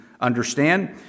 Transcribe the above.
understand